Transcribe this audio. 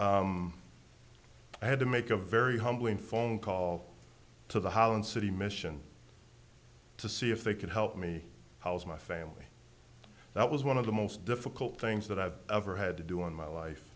i had to make a very humbling phone call to the holland city mission to see if they could help me how's my family that was one of the most difficult things that i've ever had to do in my life